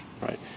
Right